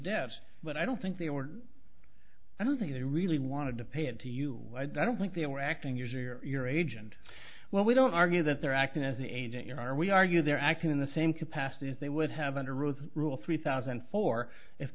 debts but i don't think the order i don't think they really wanted to pay it to you i don't think they were acting as your agent well we don't argue that they're acting as an agent or are we argue they're acting in the same capacity as they would have under oath rule three thousand and four if